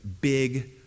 big